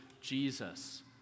Jesus